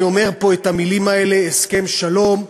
אני אומר פה את המילים האלה "הסכם שלום",